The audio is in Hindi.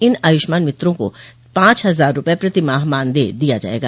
इन आयुष्मान मित्रों को पांच हजार रूपये प्रतिमाह मानदेय दिया जायेगा